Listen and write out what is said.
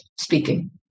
speaking